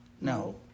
No